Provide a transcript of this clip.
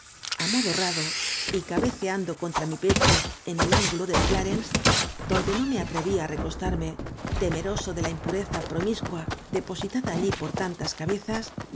señas amodorrado y cabeceando contra mi pecho en el ángulo del clarens donde no me atrevía á recostarme temeroso de la impureza promiscua depositada allí por tantas cabezas